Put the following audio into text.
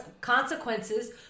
consequences